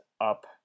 up